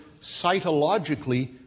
cytologically